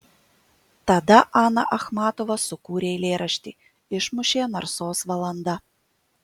tada ana achmatova sukūrė eilėraštį išmušė narsos valanda